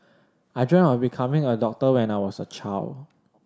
I dreamt of becoming a doctor when I was a child